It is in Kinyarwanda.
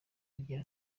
agira